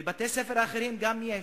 גם בבתי-הספר האחרים יש.